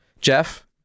jeff